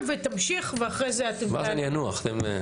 תמשיך ואחרי כן אתם תענו.